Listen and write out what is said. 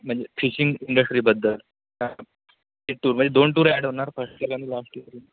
म्हणजे फिशिंग इंडस्ट्रीबद्दल हां ते टूर म्हणजे दोन टूर ॲड होणार फर्स्ट इयर आणि लाष्ट इयरचे